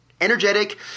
energetic